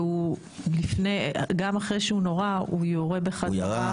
גם אחרי שהוא נורה, הוא יורה בחזרה.